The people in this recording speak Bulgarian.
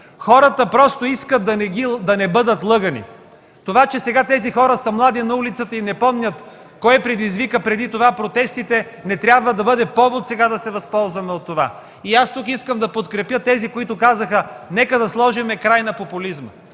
Хората просто искат да не бъдат лъгани. Това, че сега хората на улицата са млади и не помнят кой предизвика преди това протестите, не трябва да бъде повод да се възползваме от това. Аз тук искам да подкрепя тези, които казаха: „Нека да сложим край на популизма,